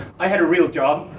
i had a real job,